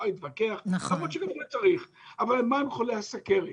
אבל מה עם חולי הסכרת?